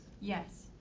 Yes